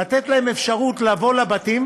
לתת להם אפשרות לבוא לבתים